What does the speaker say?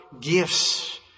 gifts